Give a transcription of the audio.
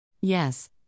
Yes